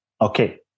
Okay